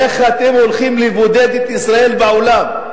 איך אתם הולכים לבודד את ישראל בעולם.